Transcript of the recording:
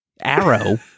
arrow